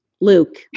Luke